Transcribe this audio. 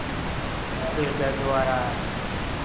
वकीलके द्वारा